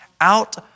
out